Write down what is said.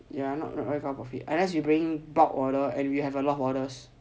ya not not enough profit unless we bring in bulk order and we have a lot of orders